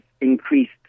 increased